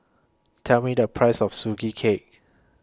Tell Me The Price of Sugee Cake